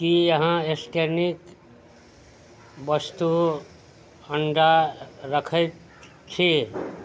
कि अहाँ स्टेनरीके वस्तु अण्डा रखैत छी